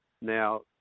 Now